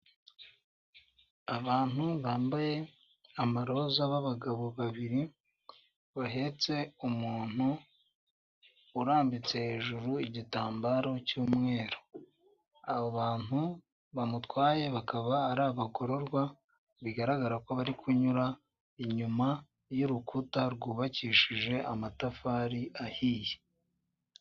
Abantu bambaye amaroza b'abagabo babiri bahetse umuntu urambitse hejuru igitambaro cy'umweru, abo bantu bamutwaye akaba ari abagororwa bigaragara ko bari kunyura inyuma y'urukuta rw'ubakishije amatafari ahiye.